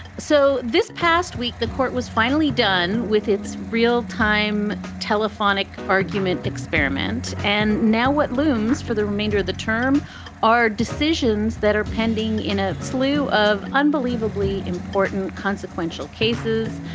so this past week, the court was finally done with its real time telephonic argument experiment. and now what looms for the remainder of the term are decisions that are pending in a slew of unbelievably important, consequential cases.